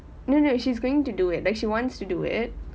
no no she's going to do it like she wants to do it